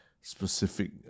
specific